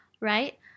right